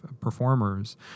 performers